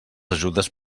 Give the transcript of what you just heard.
ajudes